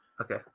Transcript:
Okay